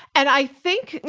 and i think, you